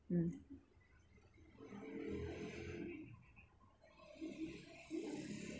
mm